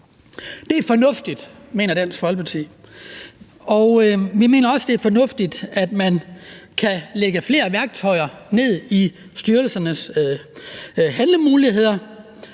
Det er fornuftigt, mener Dansk Folkeparti. Vi mener også, det er fornuftigt, at man kan lægge flere værktøjer ind i forhold til styrelsens handlemuligheder.